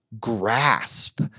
grasp